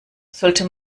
sollte